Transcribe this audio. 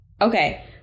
Okay